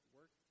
work